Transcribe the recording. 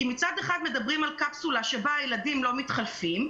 כי מצד אחד מדברים על קפסולה שבה הילדים לא מתחלפים,